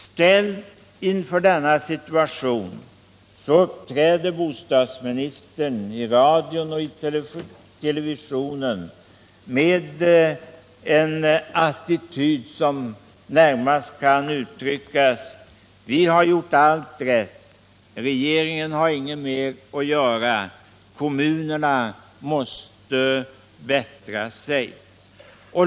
Ställd inför denna situation uppträder bostadsministern i radion och televisionen med en attityd som närmast kan uttryckas med: Vi har gjort allt rätt. Regeringen kan inget mer göra. Kommunerna måste bättra sig.